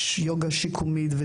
יוגה שיקומית,